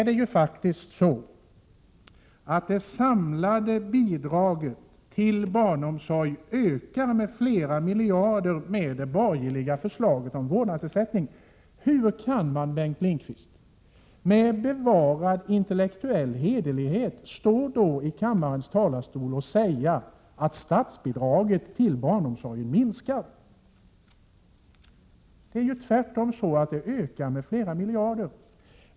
Det samlade bidraget till barnomsorgen ökar med flera miljarder med det borgerliga förslaget om vårdnadsersättning. Hur kan man då, Bengt Lindqvist, med bevarad intellektuell hederlighet stå i kammarens talarstol och säga att statsbidraget till barnomsorgen minskar? Det är tvärtom så att det ökar med flera miljarder.